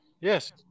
yes